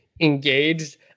engaged